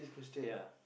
ya